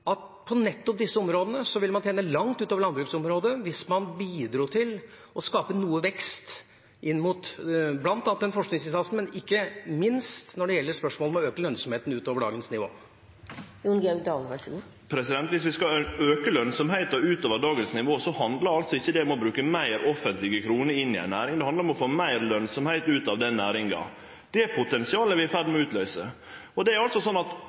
at på nettopp disse områdene ville man tjent langt utover landbruksområdet hvis man bidro til å skape vekst ut fra bl.a. den forskningsinnsatsen, ikke minst når det gjelder spørsmålet om å øke lønnsomheten utover dagens nivå? Viss vi skal auke lønsemda utover dagens nivå, handlar det ikkje om å bruke fleire offentlege kroner inn i ei næring. Det handlar om å få meir lønsemd ut av næringa. Det potensialet er vi i ferd med å løyse ut – delen av areal som går ut av drift, går ned, delen av bønder som sluttar, flatar ut, inntektsutviklinga er positiv. Mange satsar, og det er